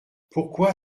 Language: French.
pourquoi